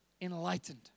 enlightened